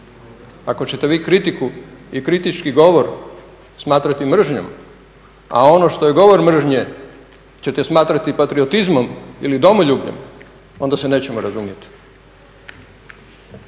Ako ćete vi kritiku i kritički govor smatrati mržnjom, a ono što je govor mržnje ćete smatrati patriotizmom ili domoljubljem, onda se nećemo razumjeti.